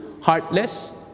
heartless